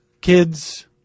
Kids